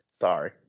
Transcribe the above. Sorry